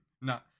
No